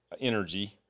energy